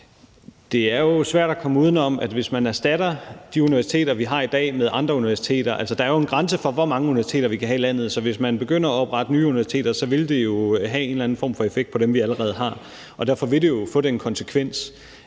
Det er jo svært at komme udenom, at man kan komme til at erstatte de universiteter, vi har i dag, med andre universiteter. Altså, der er jo en grænse for, hvor mange universiteter vi kan have her i landet, så hvis man begynder at oprette nye universiteter, vil det have en eller anden form for effekt på dem, vi allerede har. Derfor vil det jo få den konsekvens,